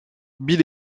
bill